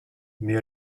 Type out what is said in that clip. mais